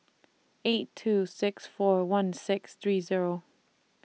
eight two six four one six three Zero